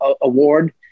Award